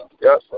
Yes